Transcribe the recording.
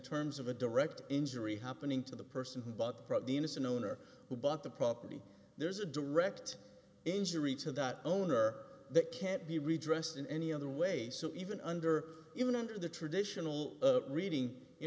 terms of a direct injury happening to the person who bought from the innocent owner who bought the property there's a direct injury to that owner that can't be redressed in any other way so even under even under the traditional reading you